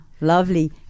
Lovely